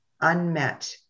unmet